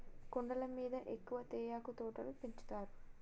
కొండల మీద ఎక్కువ తేయాకు తోటలు పెంచుతారు